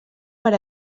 per